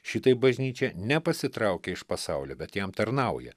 šitaip bažnyčia nepasitraukia iš pasaulio bet jam tarnauja